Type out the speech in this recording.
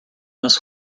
this